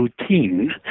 routine